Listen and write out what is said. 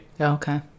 Okay